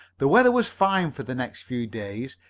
the weather was fine for the next few days.